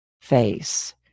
face